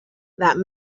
that